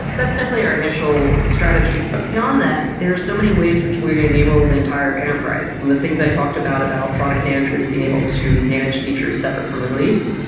that's definitely our initial strategy. but beyond that, there're so many ways which we enable the entire enterprise. and the things i talked about about product managers being able to manage feature separate from release.